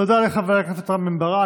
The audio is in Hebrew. תודה לחבר הכנסת רם בן ברק.